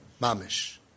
mamish